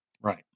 Right